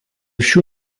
šių